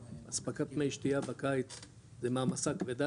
אספקת מי שתייה בקיץ זה מעמסה כבדה,